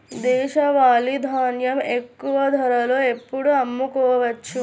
దేశవాలి ధాన్యం ఎక్కువ ధరలో ఎప్పుడు అమ్ముకోవచ్చు?